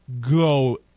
go